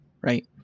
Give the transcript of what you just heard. right